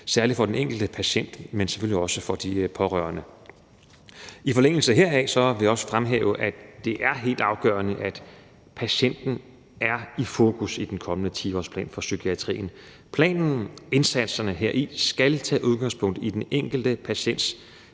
for især den enkelte patient, men selvfølgelig også for de pårørende. I forlængelse heraf vil jeg også fremhæve, at det er helt afgørende, at patienten er i fokus i den kommende 10-årsplan for psykiatrien. Planen og indsatserne heri skal tage udgangspunkt i den enkelte patients